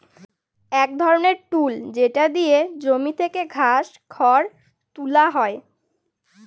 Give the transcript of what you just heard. এক ধরনের টুল যেটা দিয়ে জমি থেকে ঘাস, খড় তুলা হয়